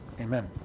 Amen